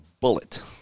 bullet